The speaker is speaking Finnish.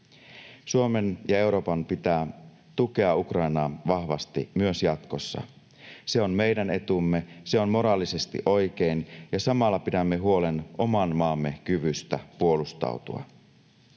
Suomen ja Euroopan pitää tukea Ukrainaa vahvasti myös jatkossa. Se on meidän etumme, se on moraalisesti oikein. Samalla pidämme huolen oman maamme kyvystä puolustautua.